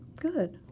Good